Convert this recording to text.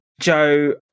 joe